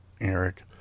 Eric